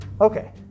Okay